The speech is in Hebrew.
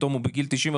פתאום בגיל 95,